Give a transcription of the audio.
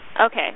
okay